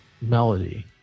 melody